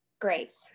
grace